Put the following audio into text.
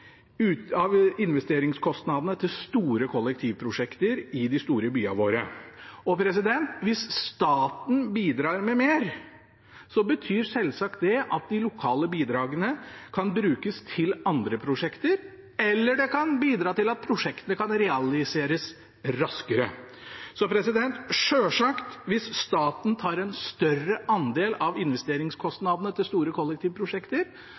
av investeringskostnadene til store kollektivprosjekter i de store byene våre. Hvis staten bidrar med mer, betyr selvsagt det at de lokale bidragene kan brukes til andre prosjekter, eller det kan bidra til at prosjektene kan realiseres raskere. Selvsagt, hvis staten tar en større andel av investeringskostnadene til store kollektivprosjekter,